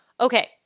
okay